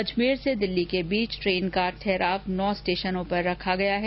अजमेर से दिल्ली के बीच ट्रेन का ठहराव नौ स्टेशनों पर है